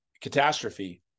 catastrophe